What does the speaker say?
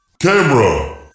Camera